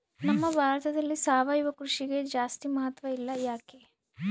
ನಮ್ಮ ಭಾರತದಲ್ಲಿ ಸಾವಯವ ಕೃಷಿಗೆ ಜಾಸ್ತಿ ಮಹತ್ವ ಇಲ್ಲ ಯಾಕೆ?